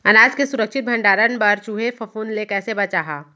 अनाज के सुरक्षित भण्डारण बर चूहे, फफूंद ले कैसे बचाहा?